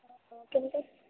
অঁ অঁ কেনেকুৱা